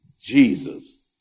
Jesus